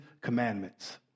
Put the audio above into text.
commandments